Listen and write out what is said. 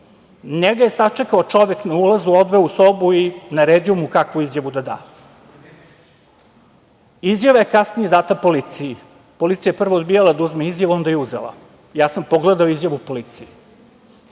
Njega je sačekao čovek na ulazu, odveo u sobu i naredio mu kakvu izjavu da da. Izjava je kasnije data policiji. Policija je prvo odbijala da uzme izjavu, a onda je uzela. Ja sam pogledao izjavu u policiji.